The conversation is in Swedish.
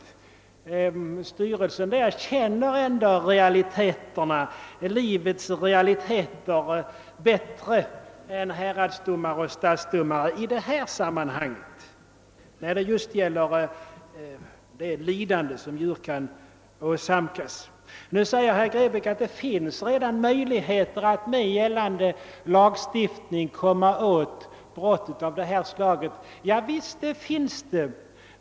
När det gäller de lidanden som djur kan åsamkas känner veterinärstyrelsen livets realiteter bättre än häradsdomare och stadsdomare. Herr Grebäck sade också att det redan med nu gällande lagstiftning finns möjligheter att komma åt brott av detta slag. Ja, visst finns det sådana möjligheter.